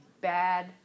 bad